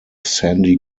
sandy